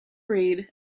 read